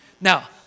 Now